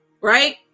right